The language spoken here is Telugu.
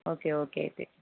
ఓకే ఓకే అయితే